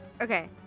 Okay